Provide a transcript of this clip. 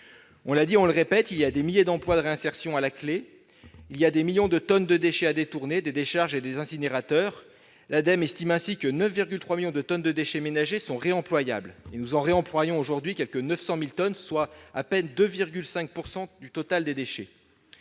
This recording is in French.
On l'a dit et on le répète, il y a des milliers d'emplois de réinsertion à la clé, il y a des millions de tonnes de déchets à détourner des décharges et des incinérateurs. L'Ademe estime ainsi que 9,3 millions de tonnes de déchets ménagers sont réemployables, et nous en réemployons aujourd'hui quelque 900 000 tonnes, soit 2,5 % du total des déchets.